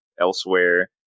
elsewhere